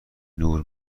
نور